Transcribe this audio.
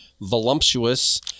voluptuous